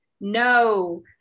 No